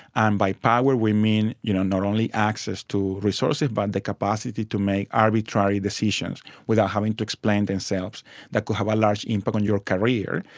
and by power we mean you know not only access to resources but the capacity to make arbitrary decisions without having to explain themselves that could have a large impact on your career.